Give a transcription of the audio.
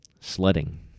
sledding